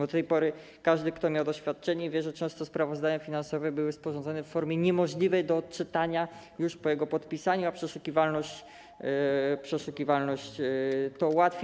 Do tej pory każdy, kto miał doświadczenie, wie, że często sprawozdania finansowe były sporządzane w formie niemożliwej do odczytania już po ich podpisaniu, a przeszukiwalność to ułatwi.